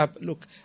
Look